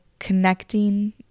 connecting